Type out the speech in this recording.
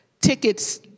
tickets